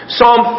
Psalm